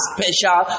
special